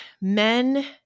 men